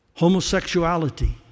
Homosexuality